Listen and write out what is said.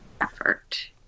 Effort